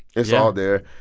it's all there.